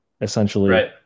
essentially